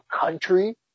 country